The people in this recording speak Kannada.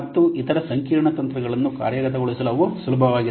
ಮತ್ತು ಇತರ ಸಂಕೀರ್ಣ ತಂತ್ರಗಳನ್ನು ಕಾರ್ಯಗತಗೊಳಿಸಲು ಅವು ಸುಲಭವಾಗಿದೆ